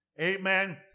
Amen